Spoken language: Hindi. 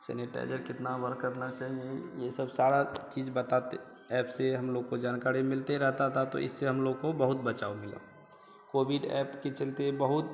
सेनेटाइजर कितनी बार करना चाहिए ये सब सारी चीज़ बताते एप से हम लोग को जानकारी मिलती रहती थी तो इससे हम लोग को बहुत बचाव मिला कोवीड एप के चलते बहुत